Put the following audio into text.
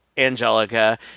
Angelica